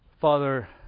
Father